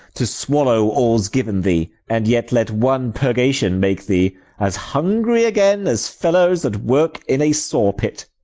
to swallow all s given thee and yet let one purgation make thee as hungry again as fellows that work in a saw-pit.